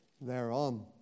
thereon